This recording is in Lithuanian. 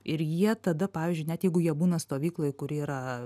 ir jie tada pavyzdžiui net jeigu jie būna stovykloj kuri yra